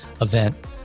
event